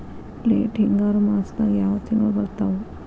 Late ಹಿಂಗಾರು ಮಾಸದಾಗ ಯಾವ್ ತಿಂಗ್ಳು ಬರ್ತಾವು?